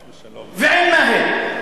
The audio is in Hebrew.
ועין-מאהל,